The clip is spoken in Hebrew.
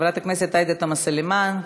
חברת הכנסת עאידה תומא סלימאן,